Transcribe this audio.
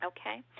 Okay